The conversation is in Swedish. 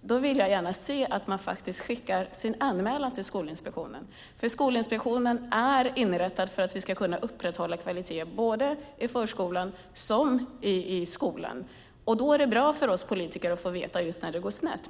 då vill jag gärna se att man faktiskt skickar en anmälan till Skolinspektionen, för Skolinspektionen är inrättad för att vi ska kunna upprätthålla kvalitet såväl i förskolan som i skolan. Det är bra för oss politiker att få veta när det går snett.